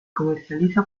comercializa